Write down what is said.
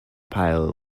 pile